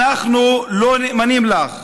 אנחנו לא נאמנים לך.